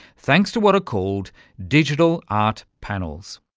thanks to what are called digital art panels.